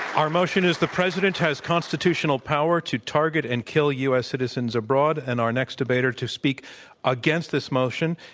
our motion is the president has constitutional power to target and kill u. s. citizens abroad. and our next debater to speak against this motion,